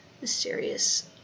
mysterious